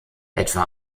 etwa